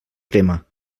crema